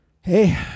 Hey